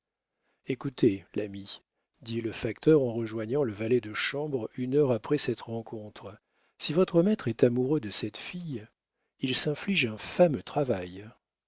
écoute l'ami dit le facteur en rejoignant le valet de chambre une heure après cette rencontre si votre maître est amoureux de cette fille il s'inflige un fameux travail